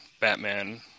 Batman